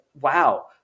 wow